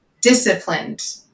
disciplined